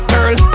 Girl